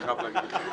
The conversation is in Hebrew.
אני חייב להגיד לך.